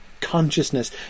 consciousness